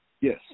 Yes